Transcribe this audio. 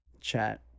chat